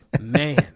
Man